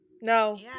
No